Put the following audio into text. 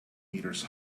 metres